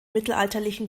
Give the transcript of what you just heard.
mittelalterlichen